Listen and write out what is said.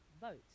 vote